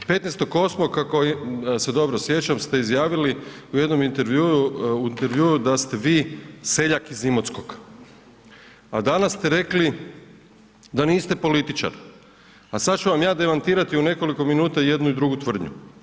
15.8. ako se dobro sjećam ste izjavili u jednom intervjuu, u intervjuu da ste vi seljak iz Imotskog, a danas ste rekli da niste političar, a sad ću vam ja demantirati u nekoliko minuta jednu i drugu tvrdnju.